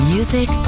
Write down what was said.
Music